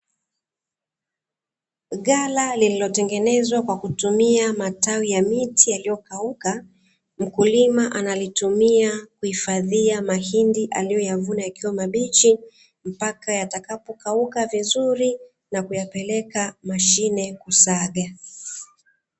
Ghala lililotengenezwa kwa kutumia matawi ya miti yaliyokauka, mkulima analitumia kutunzia mahindi aliyoyavuna yakiwa mabichi mpaka yatakapo kauka vizuri na kuyapeleka mashineni kwa ajili ya kusagwa.